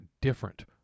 different